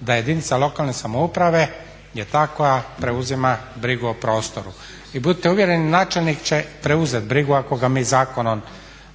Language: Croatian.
da jedinica lokalne samouprave je ta koja preuzima brigu o prostoru. I budite uvjereni načelnik će preuzeti brigu ako ga mi zakonom